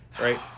right